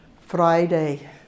Friday